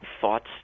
thoughts